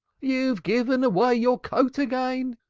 you've given away your coat again!